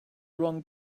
wrong